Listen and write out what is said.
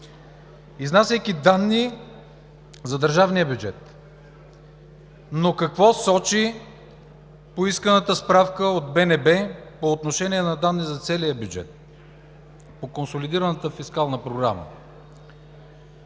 изнасяйки данни за държавния бюджет. Но какво сочи поисканата справка от БНБ по отношение на данни за целия бюджет, по консолидираната фискална програма?